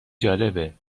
جالبه